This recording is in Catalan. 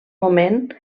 moment